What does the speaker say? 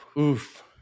oof